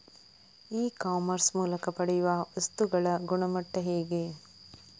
E commerce ಮೂಲಕ ಪಡೆಯುವ ವಸ್ತುಗಳ ಗುಣಮಟ್ಟ ಹೇಗೆ?